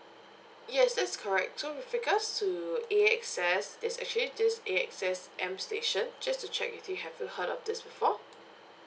yes that's correct so with regards to A_X_S there's actually this AXS M station just to check with you have you heard of this before